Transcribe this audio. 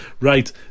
Right